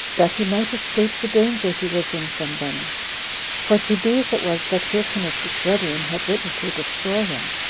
that he might escape the danger he was in from them for to these it was that hyrcanus's brethren had written to destroy him.